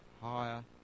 higher